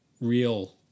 real